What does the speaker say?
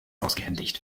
ausgehändigt